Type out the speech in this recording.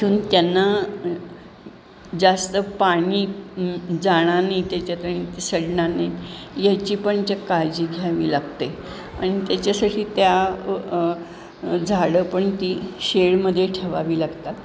ठेवून त्यांना जास्त पाणी जाणार नाही त्याच्यात सडणार नाही याची पण ज काळजी घ्यावी लागते आणि त्याच्यासाठी त्या झाडं पण ती शेळमध्ये ठेवावी लागतात